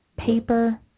paper